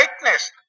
brightness